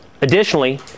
additionally